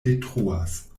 detruas